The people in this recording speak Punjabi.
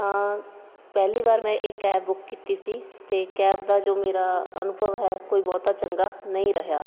ਤਾਂ ਪਹਿਲੀ ਵਾਰ ਮੈਂ ਇੱਕ ਕੈਬ ਬੁੱਕ ਕੀਤੀ ਸੀ ਅਤੇ ਕੈਬ ਦਾ ਜੋ ਮੇਰਾ ਅਨੁਭਵ ਹੈ ਕੋਈ ਬਹੁਤਾ ਚੰਗਾ ਨਹੀਂ ਰਿਹਾ